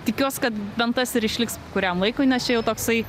tikiuos kad bent tas ir išliks kuriam laikui nes čia jau toksai